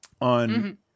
on